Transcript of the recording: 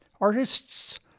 artists